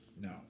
No